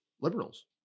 liberals